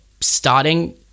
starting